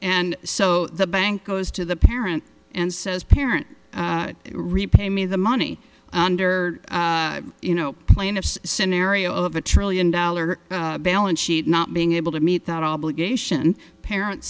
and so the bank goes to the parent and says parent repay me the money under you know plaintiff's scenario of a trillion dollar balance sheet not being able to meet that obligation parent